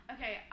Okay